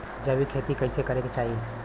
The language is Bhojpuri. जैविक खेती कइसे करे के चाही?